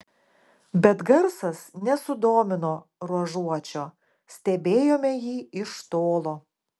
bet garsas nesudomino ruožuočio stebėjome jį iš tolo